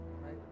right